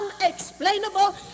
unexplainable